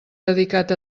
dedicat